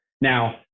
Now